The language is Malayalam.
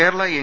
കേരള എൻ